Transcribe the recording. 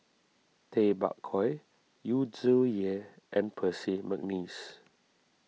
Tay Bak Koi Yu Zhuye and Percy McNeice